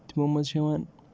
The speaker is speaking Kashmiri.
یِمو منٛز چھِ یِوان